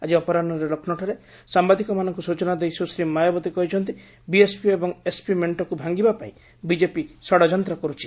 ଆଜି ଅପରାହୁରେ ଲକ୍ଷ୍ନୌଠାରେ ସାମ୍ବାଦିକମାନଙ୍କୁ ସୂଚନା ଦେଇ ସୁଶ୍ରୀ ମାୟାବତୀ କହିଛନ୍ତି ବିଏସ୍ପି ଏବଂ ଏସ୍ପି ମେଣ୍ଟକ୍ତ୍ ଭାଙ୍ଗିବାପାଇଁ ବିକେପି ଷଡ଼ଯନ୍ତ୍ର କରୁଛି